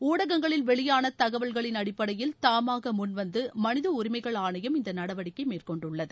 ஊடகங்களில் வெளியான தகவல்களின் அடிப்படையில் தாமாக முன்வந்து மனித உரிமைகள் ஆணையம் இந்த நடவடிக்கை மேற்கொண்டுள்ளது